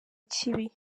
kibi